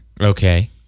Okay